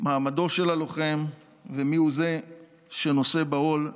מעמדו של הלוחם ומיהו זה שנושא בעול הלחימה.